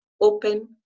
open